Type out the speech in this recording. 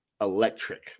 electric